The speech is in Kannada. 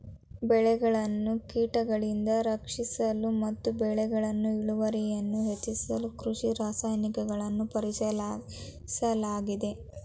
ಬೆಳೆಗಳನ್ನು ಕೀಟಗಳಿಂದ ರಕ್ಷಿಸಲು ಮತ್ತು ಬೆಳೆಗಳ ಇಳುವರಿಯನ್ನು ಹೆಚ್ಚಿಸಲು ಕೃಷಿ ರಾಸಾಯನಿಕಗಳನ್ನು ಪರಿಚಯಿಸಲಾಯಿತು